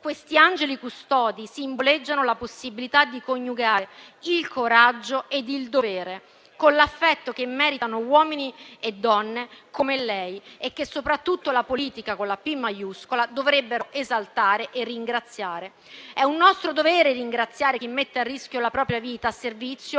Questi angeli custodi simboleggiano la possibilità di coniugare il coraggio e il dovere con l'affetto che meritano uomini e donne come lei, che la politica con la P maiuscola dovrebbe esaltare e ringraziare. È un nostro dovere ringraziare chi mette a rischio la propria vita a servizio